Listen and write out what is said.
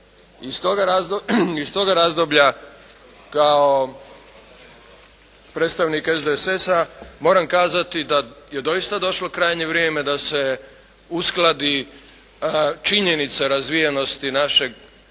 Iz toga razdoblja kao predsjednik SDSS-a moram kazati da je doista došlo krajnje vrijeme da se uskladi činjenica razvijenosti našeg,